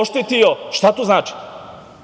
oštetio. Šta to znači? Vaš